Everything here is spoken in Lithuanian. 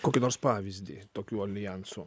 kokį nors pavyzdį tokių aljansų